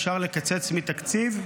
אפשר לקצץ מתקציב,